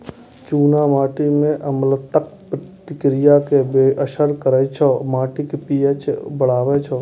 चूना माटि मे अम्लताक प्रतिक्रिया कें बेअसर करै छै आ माटिक पी.एच बढ़बै छै